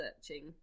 searching